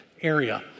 area